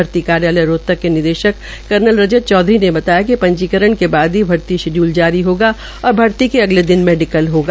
भर्ती कार्यालय रोहतक के निदेशक कर्नल रजत चौधरी ने बताया कि पंजीकरण के बाद ही भर्ती शेडयूल जारी होगा और भर्ती के अगले दिन मेडिकल होगा